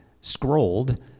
scrolled